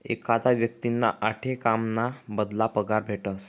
एखादा व्यक्तींना आठे काम ना बदला पगार भेटस